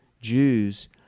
Jews